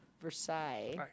Versailles